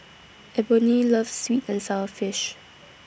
Eboni loves Sweet and Sour Fish